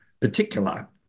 particular